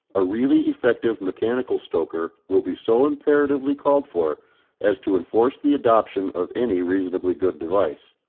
a really effective mechanical stoker will be so imperatively called for as to enforce the adoption of any reasonably good device.